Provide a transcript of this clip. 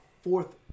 fourth